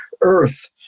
earth